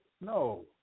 No